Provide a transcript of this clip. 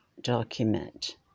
document